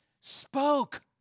spoke